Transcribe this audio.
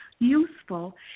Useful